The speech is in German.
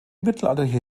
mittelalterliche